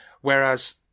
whereas